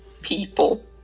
people